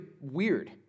weird